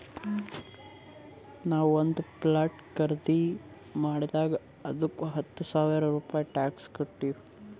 ನಾವು ಒಂದ್ ಪ್ಲಾಟ್ ಖರ್ದಿ ಮಾಡಿದಾಗ್ ಅದ್ದುಕ ಹತ್ತ ಸಾವಿರ ರೂಪೆ ಟ್ಯಾಕ್ಸ್ ಕಟ್ಟಿವ್